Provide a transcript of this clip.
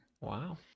wow